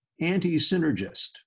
anti-synergist